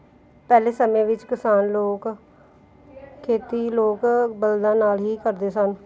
ਪਹਿਲੇ ਸਮੇਂ ਵਿੱਚ ਕਿਸਾਨ ਲੋਕ ਖੇਤੀ ਲੋਕ ਬਲਦਾਂ ਨਾਲ ਹੀ ਕਰਦੇ ਸਨ